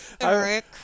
Eric